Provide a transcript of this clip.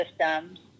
systems